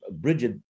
Bridget